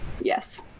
Yes